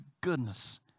goodness